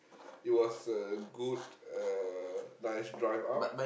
it was a good uh nice drive up